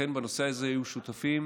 ולכן בנושא הזה היו שותפים